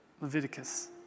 Leviticus